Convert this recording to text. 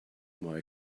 more